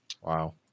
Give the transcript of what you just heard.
wow